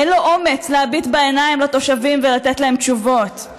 אין לו אומץ להביט בעיניים לתושבים ולתת להם תשובות.